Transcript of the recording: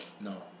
No